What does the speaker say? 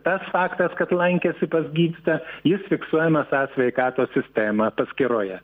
tas faktas kad lankėsi pas gydytoją jis fiksuojamas e sveikatos sistema paskyroje